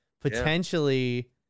potentially